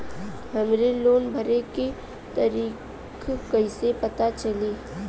हमरे लोन भरे के तारीख कईसे पता चली?